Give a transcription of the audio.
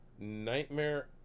Nightmare